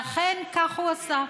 ואכן כך הוא עשה.